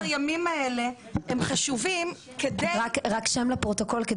ה-18 ימים האלה הם חשובים כדי --- רק שם לפרוטוקול.